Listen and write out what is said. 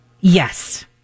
Yes